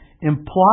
imply